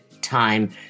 time